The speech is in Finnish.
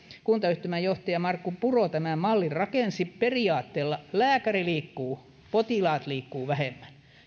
kuntayhtymän johtaja markku puro tämän mallin rakensi periaatteella lääkäri liikkuu potilaat liikkuvat vähemmän